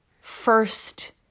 first